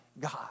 God